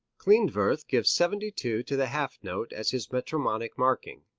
klindworth gives seventy two to the half note as his metronomic marking,